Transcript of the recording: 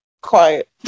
quiet